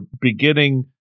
beginning